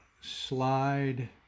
Slide